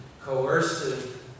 coercive